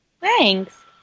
Thanks